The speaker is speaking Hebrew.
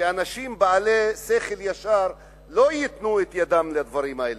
שאנשים בעלי שכל ישר לא ייתנו את ידם לדברים האלה.